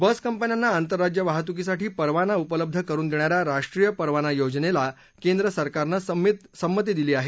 बस कंपन्यांना आंतरराज्य वाहतुकीसाठी परवाना उपलब्ध करुन देणा या राष्ट्रीय परवाना योजनेला केंद्रसरकारनं संमती दिली आहे